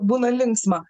būna linksma